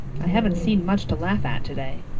i haven't seen much to laugh at today.